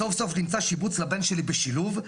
סוף סוף נמצא שיבוץ לבן שלי בשילוב,